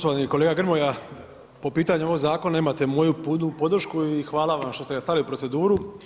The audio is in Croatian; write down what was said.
Poštovani kolega Grmoja po pitanju ovoga zakona imate moju puno podršku i hvala vam što ste ga stavili u proceduru.